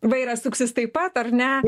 vairas suksis taip pat ar ne